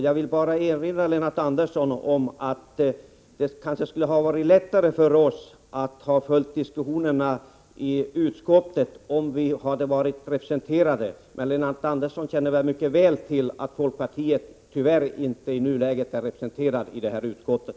Jag vill bara erinra Lennart Andersson om att det kanske hade varit lättare för oss att följa diskussionerna i utskottet om vi hade varit representerade där. Men Lennart Andersson känner väl till att folkpartiet tyvärr inte i nuläget är representerat i lagutskottet.